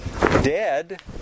dead